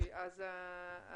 הצבעה אושר אושר פה אחד.